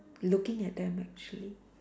looking at them actually